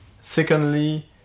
Secondly